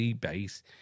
base